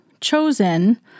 chosen